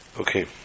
Okay